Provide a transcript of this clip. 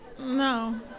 no